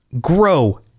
grow